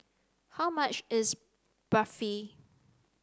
how much is Barfi